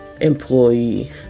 employee